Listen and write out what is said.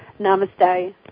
Namaste